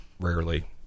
rarely